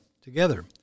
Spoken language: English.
Together